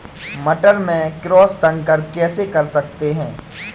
मटर में क्रॉस संकर कैसे कर सकते हैं?